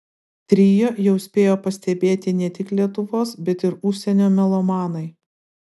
trio jau spėjo pastebėti ne tik lietuvos bet ir užsienio melomanai